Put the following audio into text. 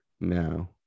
now